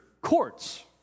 courts